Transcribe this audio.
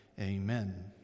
Amen